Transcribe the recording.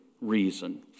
reason